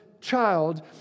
child